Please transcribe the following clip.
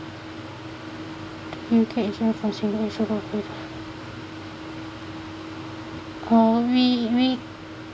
U_K insurance policy insurance coverage uh we we